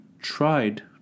tried